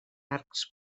arcs